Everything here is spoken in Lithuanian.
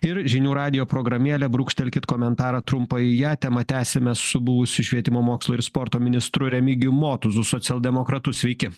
ir žinių radijo programė brūkštelkit komentarą trumpai į ją temą tęsiame su buvusiu švietimo mokslo ir sporto ministru remigijum motuzu socialdemokratu sveiki